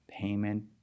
payment